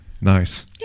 Nice